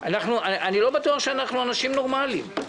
אני לא בטוח שאנחנו אנשים נורמליים.